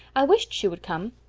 i wished she would come.